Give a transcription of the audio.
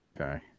Okay